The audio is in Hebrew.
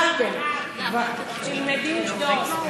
תלמדי עובדות.